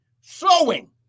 sowing